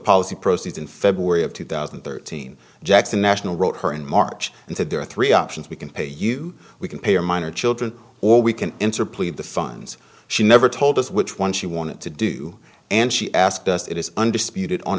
policy proceeds in february of two thousand and thirteen jackson national wrote her in march and said there are three options we can pay you we can pay your minor children or we can enter plea the funds she never told us which one she wanted to do and she asked us it is under speeded on